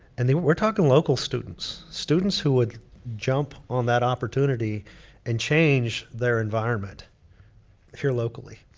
and we're talking local students. students who would jump on that opportunity and change their environment here locally.